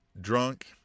drunk